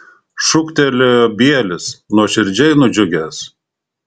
šūktelėjo bielis nuoširdžiai nudžiugęs